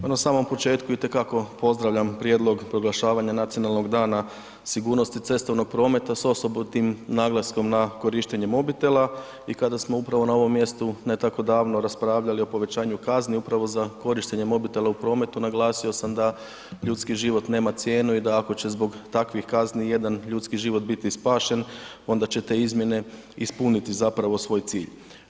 Pa na samom početku itekako pozdravljam prijedlog proglašavanja Nacionalnog dana sigurnosti cestovnog prometa s osobitim naglaskom na korištenje mobitela i kada smo upravo na ovom mjestu ne tako davno raspravljali o povećanju kazni upravo za korištenje mobitela u prometu, naglasio sam da ljudski život nema cijenu i da ako će zbog takvih kazni jedan ljudski život biti spašen, onda će te izmjene ispuniti zapravo svoj cilj.